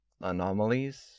anomalies